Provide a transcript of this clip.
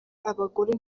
abagore